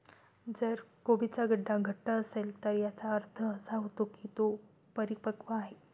जर कोबीचा गड्डा घट्ट असेल तर याचा अर्थ असा होतो की तो परिपक्व आहे